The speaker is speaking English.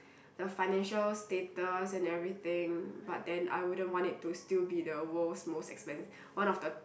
the financial status and everything but then I wouldn't want it to still be the world's most expensi~ one of the